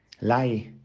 lie